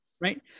Right